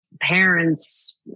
parents